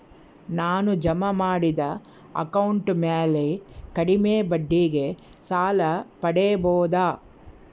ನಾನು ಜಮಾ ಮಾಡಿದ ಅಕೌಂಟ್ ಮ್ಯಾಲೆ ಕಡಿಮೆ ಬಡ್ಡಿಗೆ ಸಾಲ ಪಡೇಬೋದಾ?